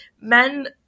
men